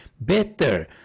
better